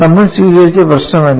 നമ്മൾ സ്വീകരിച്ച പ്രശ്നമെന്താണ്